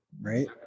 right